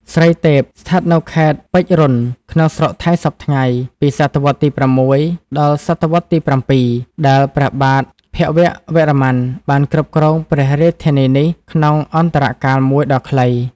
ស្រីទេព ស្ថិតនៅខេត្ត ពេជ្ររ៉ុន ក្នុងស្រុកថៃសព្វថ្ងៃ ពីសតវត្សរ៍ទី៦ ដល់ សតវត្សរ៍ទី៧ ដែលព្រះបាទភវវរ្ម័នបានគ្រប់គ្រងព្រះរាជធានីនេះ ក្នុងអន្តរកាលមួយ ដ៏ខ្លី ។